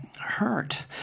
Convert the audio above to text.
hurt